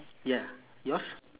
ya yours